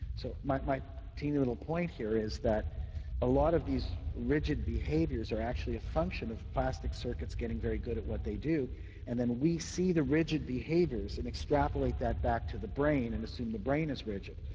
so my my tiny little point here is that a lot of these rigid behaviours are actually a function of plastic circuits getting very good at what they do and then we see the rigid and extrapolate that back to the brain and assume the brain is rigid.